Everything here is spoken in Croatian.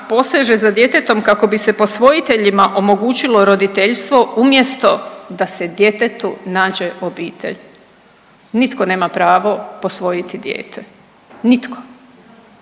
poseže za djetetom kako bi se posvojiteljima omogućilo roditeljstvo umjesto da se djetetu nađe obitelj. Nitko nema pravo posvojiti dijete, nitko.